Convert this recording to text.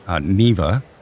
Neva